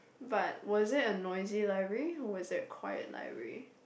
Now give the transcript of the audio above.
but was it a noisy library was it a quiet library